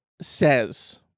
says